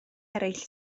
eraill